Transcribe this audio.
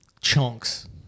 chunks